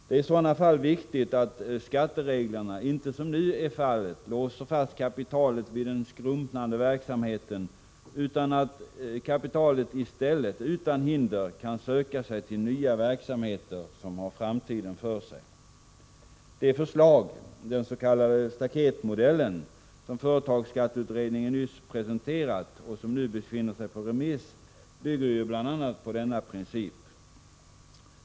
Det är i sådana fall viktigt att skattereglerna inte som nu är fallet låser fast kapitalet vid den skrumpnande verksamheten, utan att kapitalet i stället utan hinder kan söka sig till nya verksamheter som har framtiden för sig. Det förslag — den s.k. staketmodellen — som företagsskatteutredningen nyss presenterat och som nu befinner sig på remiss bygger ju bl.a. på denna princip.